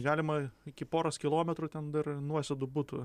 galima iki poros kilometrų ten dar nuosėdų būtų